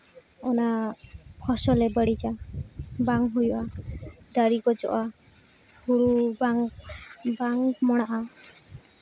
ᱚᱱᱟ ᱯᱷᱚᱥᱚᱞᱮ ᱵᱟᱹᱲᱤᱡᱟ ᱵᱟᱝ ᱦᱩᱭᱩᱜᱼᱟ ᱫᱟᱨᱮ ᱜᱚᱡᱚᱜ ᱦᱩᱲᱩ ᱵᱟᱝ ᱵᱟᱝ ᱢᱚᱲᱟᱜᱼᱟ